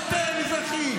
יותר מזרחים.